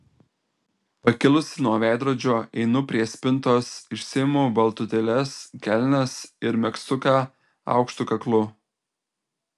pakilusi nuo veidrodžio einu prie spintos išsiimu baltutėles kelnes ir megztuką aukštu kaklu